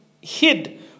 hid